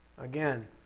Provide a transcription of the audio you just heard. Again